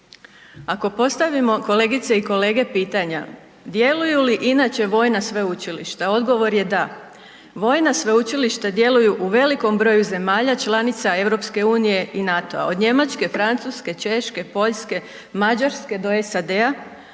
Ako postavimo kolegice i kolege pitanja, djeluju li inače vojna sveučilišta, odgovor je da. Vojna sveučilišta djeluju u velikom broju zemalja članica EU i NATo-a od Njemačke, Francuske, Češke, Poljske, Mađarske do SAD-a